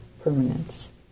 permanence